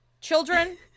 Children